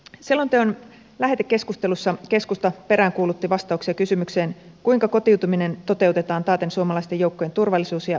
selonteon lähetekeskustelussa keskusta peräänkuulutti vastauksia kysymykseen kuinka kotiutuminen toteutetaan taaten suomalaisten joukkojen turvallisuus ja toimintamahdollisuudet